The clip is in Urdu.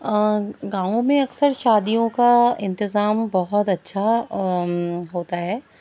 گاؤں میں اکثر شادیوں کا انتظام بہت اچھا ہوتا ہے